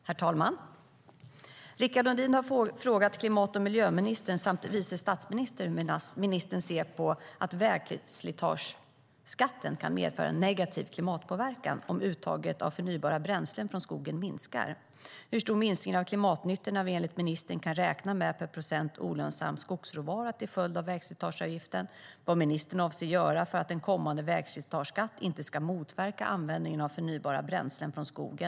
Herr talman! Rickard Nordin har frågat klimat och miljöministern samt vice statsministern hur ministern ser på att vägslitageskatten kan medföra en negativ klimatpåverkan om uttaget av förnybara bränslen från skogen minskar. Han har också frågat hur stor minskning av klimatnyttorna vi enligt ministern kan räkna med per procent olönsam skogsråvara till följd av vägslitageavgiften och vad ministern avser att göra för att en kommande vägslitageskatt inte ska motverka användningen av förnybara bränslen från skogen.